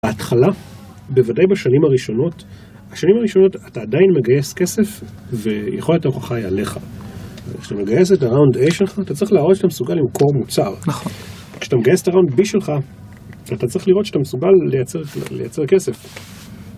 בהתחלה, בוודאי בשנים הראשונות, בשנים הראשונות אתה עדיין מגייס כסף ויכולת ההוכחה היא עליך. כשאתה מגייס את הראונד A שלך אתה צריך להראות שאתה מסוגל למכור מוצר. כשאתה מגייס את הראונד B שלך אתה צריך לראות שאתה מסוגל לייצר כסף.